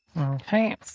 okay